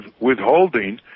withholding